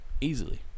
Easily